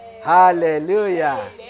hallelujah